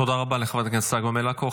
תודה רבה לחברת הכנסת צגה מלקו.